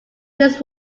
this